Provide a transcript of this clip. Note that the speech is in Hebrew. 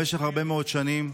במשך הרבה מאוד שנים.